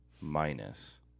Minus